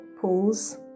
pools